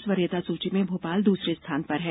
इस वरीयता सूची में भोपाल दूसरे स्थान पर है